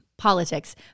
Politics